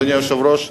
אדוני היושב-ראש,